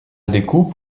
découpe